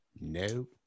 No